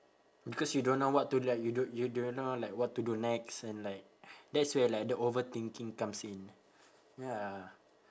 because you don't know what to like you don't you don't know like what to do next and like that's where like the overthinking comes in ya